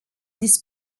this